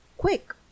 quick